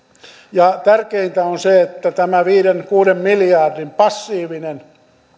tärkeintä on se että tämä viiden viiva kuuden miljardin passiivinen